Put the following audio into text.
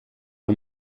her